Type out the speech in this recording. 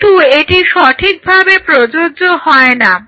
কিন্তু এটি সঠিকভাবে প্রযোজ্য হয় না